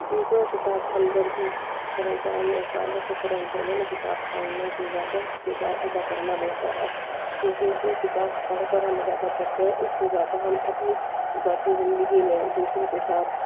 دوسروں کے ساتھ ہمدردی سمجھداری اور تعلق کو پرکھ دینے میں کتاب پڑھنے سے زیادہ کردار ادا کرنا بہتر ہے کیونکہ جو کتاب پڑھ کر ہم ادا کر سکتے ہیں اس سے زیادہ ہم اپنی ذاتی زندگی میں دوسروں کے ساتھ